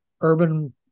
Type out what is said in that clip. urban